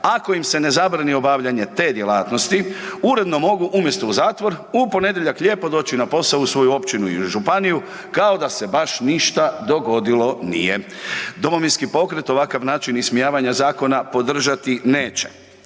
ako im se ne zabrani obavljanje te djelatnosti uredno mogu umjesto u zatvor u ponedjeljak lijepo doći na posao u svoju općinu ili županiju kao da se baš ništa dogodilo nije. Domovinski pokret ovakav način ismijavanja zakona podržati neće.